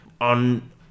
On